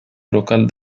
brocal